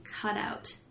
cutout